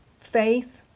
faith